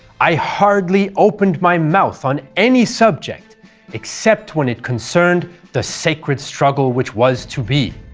i hardly opened my mouth on any subject except when it concerned the sacred struggle which was to be.